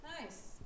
Nice